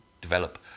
develop